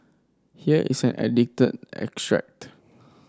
here is an edited extract